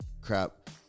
crap